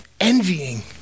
envying